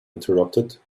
interrupted